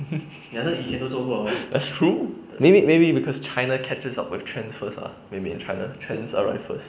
that's true maybe maybe because china catches up with trend first ah maybe china china arrive first